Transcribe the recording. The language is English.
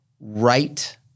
right